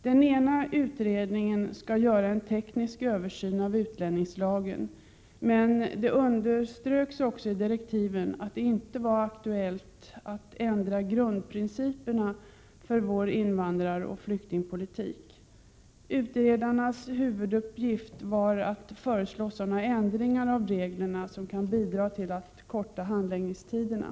Den ena utredningen skall göra en teknisk översyn av utlänningslagen, men det underströks också i direktiven att det inte var aktuellt att ändra grundprinciperna för vår invandraroch flyktingpolitik. Utredarens huvuduppgift var att föreslå sådana ändringar av reglerna som kan bidra till att förkorta handläggningstiderna.